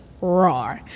raw